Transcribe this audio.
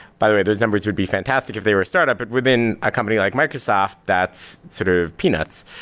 by the way, those numbers would be fantastic if they were a startup, but within a company like microsoft, that's sort of peanuts.